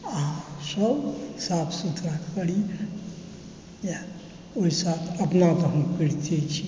आ हमसभ साफ सुथड़ा करी इएह ओहि साथ अपना तऽ हम करिते छी